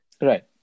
Right